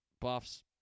buffs